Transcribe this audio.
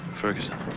Ferguson